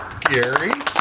Gary